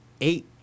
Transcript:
eight